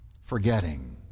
forgetting